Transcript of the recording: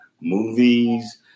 movies